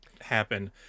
happen